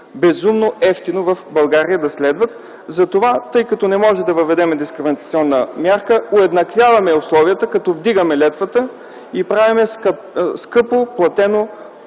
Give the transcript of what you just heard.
безумно евтино в България, за да следват. Тъй като не може да въведем дискриминационна мярка, уеднаквяваме условията, като вдигаме летвата и правим скъпо платено